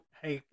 hey